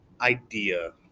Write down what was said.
idea